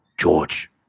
George